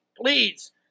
Please